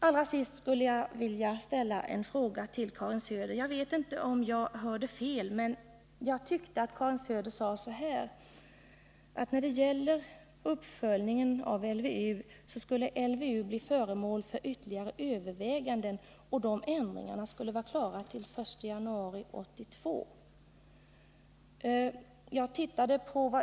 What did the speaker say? Allra sist skulle jag vilja ställa en fråga till Karin Söder. Jag vet inte om jag hörde fel, men jag tyckte att Karin Söder sade att LVU skulle bli föremål för ytterligare överväganden och att ändringar skulle vara klara till den I januari 1982.